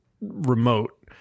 remote